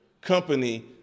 company